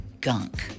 gunk